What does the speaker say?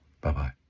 Bye-bye